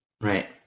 Right